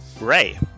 Ray